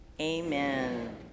Amen